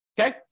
okay